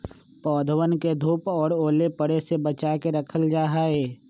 पौधवन के धूप और ओले पड़े से बचा के रखल जाहई